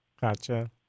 Gotcha